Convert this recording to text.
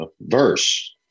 verse